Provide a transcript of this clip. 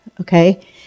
okay